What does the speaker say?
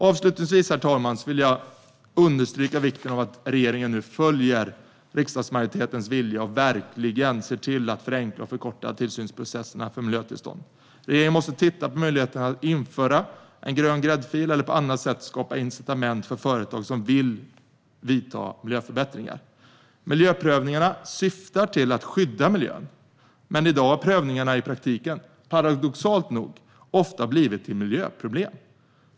Avslutningsvis, herr talman, vill jag understryka vikten av att regeringen nu följer riksdagsmajoritetens vilja och verkligen ser till att förenkla och förkorta tillståndsprocesserna för miljötillstånd. Regeringen måste titta på möjligheten att införa en grön gräddfil eller på annat sätt skapa incitament för företag som vill vidta miljöförbättringar. Miljöprövningarna syftar till att skydda miljön, men i dag blir prövningarna paradoxalt nog i praktiken ofta till miljöproblem.